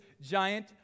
giant